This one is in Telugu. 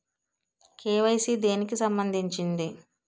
కే.వై.సీ దేనికి సంబందించింది?